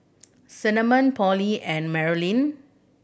Cinnamon Pollie and Marolyn